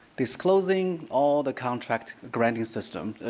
disclosing all the contracts grant use systems